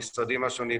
המשרדים השונים,